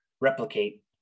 replicate